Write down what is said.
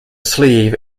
sleeve